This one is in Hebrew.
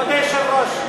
כבוד היושב-ראש,